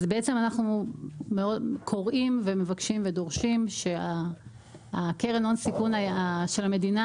אנחנו קוראים ומבקשים ודורשים שקרן הון הסיכון של המדינה,